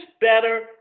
better